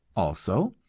also,